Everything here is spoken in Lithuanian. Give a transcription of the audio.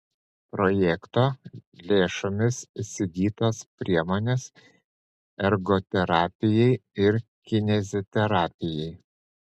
projekto lėšomis įsigytos priemonės ergoterapijai ir kineziterapijai